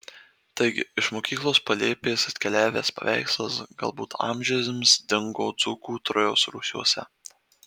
taigi iš mokyklos palėpės atkeliavęs paveikslas galbūt amžiams dingo dzūkų trojos rūsiuose